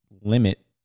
limit